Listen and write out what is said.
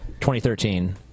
2013